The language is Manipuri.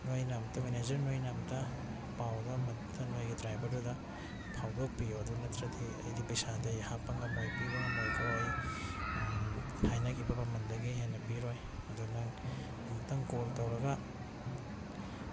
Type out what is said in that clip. ꯅꯣꯏꯅ ꯑꯃꯇ ꯃꯦꯅꯦꯖꯔ ꯅꯣꯏꯅ ꯑꯃꯇ ꯄꯥꯎꯗꯣ ꯑꯃꯨꯛꯇ ꯅꯣꯏꯒꯤ ꯗ꯭ꯔꯥꯏꯚꯔꯗꯨꯗ ꯐꯥꯎꯗꯣꯛꯄꯤꯌꯣ ꯑꯗꯨ ꯅꯠꯇ꯭ꯔꯗꯤ ꯑꯩꯗꯤ ꯄꯩꯁꯥꯗꯤ ꯑꯩ ꯍꯥꯞꯄ ꯉꯝꯃꯣꯏ ꯄꯤꯕ ꯉꯝꯃꯣꯏꯀꯣ ꯑꯩ ꯍꯥꯏꯅꯈꯤꯕ ꯃꯃꯜꯗꯒꯤ ꯍꯦꯟꯅ ꯄꯤꯔꯣꯏ ꯑꯗꯨ ꯅꯪ ꯑꯃꯨꯛꯇꯪ ꯀꯣꯜ ꯇꯧꯔꯒ